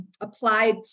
applied